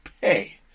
pay